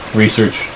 research